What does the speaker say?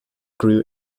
grew